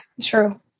true